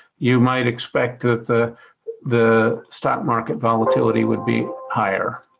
you might expect that the the stock market volatility would be higher.